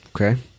Okay